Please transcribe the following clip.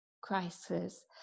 crisis